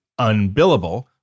UNBILLABLE